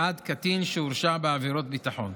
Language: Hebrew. בעד קטין שהורשע בעבירת ביטחון.